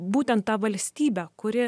būtent tą valstybę kuri